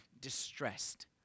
distressed